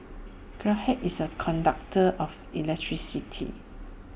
graphite is A conductor of electricity